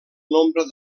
nombre